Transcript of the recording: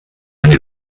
eine